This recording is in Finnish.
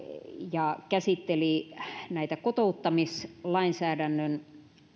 ja käsitteli näitä kotouttamislainsäädännön